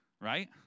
Right